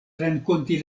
renkonti